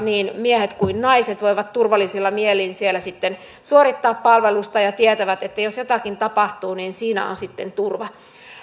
niin miehet kuin naisetkin voivat turvallisilla mielin siellä sitten suorittaa palvelusta ja tietävät että jos jotakin tapahtuu niin siinä on sitten turva